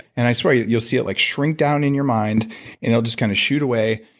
and i swear, yeah you'll see it like shrink down in your mind and it'll just kind of shoot away,